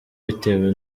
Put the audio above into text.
bitewe